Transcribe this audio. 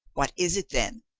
what is it then?